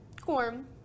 Corn